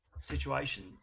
situation